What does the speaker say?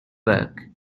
work